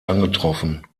angetroffen